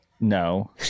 no